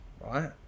right